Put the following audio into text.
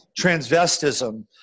transvestism